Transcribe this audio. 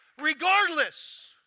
Regardless